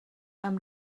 amb